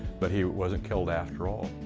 but he wasn't killed after all.